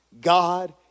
God